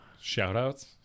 Shout-outs